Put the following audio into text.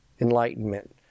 enlightenment